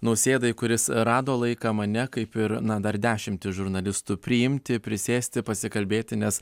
nausėdai kuris rado laiką mane kaip ir na dar dešimtis žurnalistų priimti prisėsti pasikalbėti nes